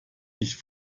nicht